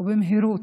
אליה במהירות.